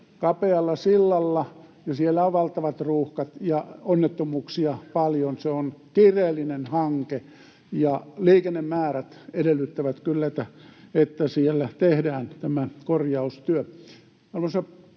kapealla sillalla, ja siellä on valtavat ruuhkat ja onnettomuuksia paljon. Se on kiireellinen hanke, ja liikennemäärät edellyttävät kyllä, että siellä tehdään tämä korjaustyö. Arvoisa